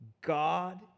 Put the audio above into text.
God